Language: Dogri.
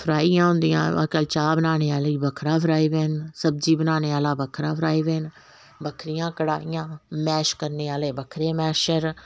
फ्राइयां होंदियां अज्जकल चाह् बनाने आह्ली बक्खरा फ्राई पेन सब्जी बनाने आह्ला बक्खरा फ्राई पेन बक्खरियां कडाहियां मैश करने आह्ले बक्खरे मैशर